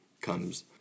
comes